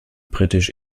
britisch